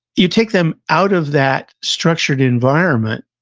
you take them out of that structured environment,